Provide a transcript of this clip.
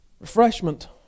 Refreshment